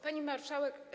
Pani Marszałek!